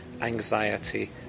anxiety